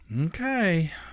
Okay